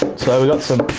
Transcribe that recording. so we got some